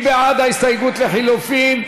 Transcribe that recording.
מי בעד ההסתייגות לחלופין?